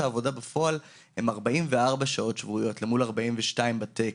העבודה בפועל הן 44 שעות שבועיות אל מול 42 שעות בתקן.